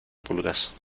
pulgas